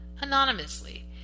anonymously